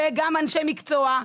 אנשי המקצוע,